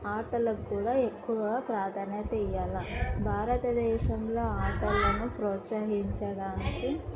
ఆటలకు కూడా ఎక్కువగా ప్రాధాన్యత ఇవ్వాలి భారతదేశంలో ఆటలను ప్రోత్సహించడానికి